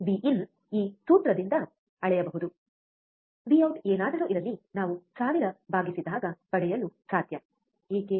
V in ಈ ಸೂತ್ರದಿಂದ ಅಳೆಯಬಹುದುವಿಔಟ್ ಏನಾದರೂ ಇರಲಿ ನಾವು ಸಾವಿರ ಭಾಗಿಸಿದಾಗ ಪಡೆಯಲು ಸಾಧ್ಯಏಕೆ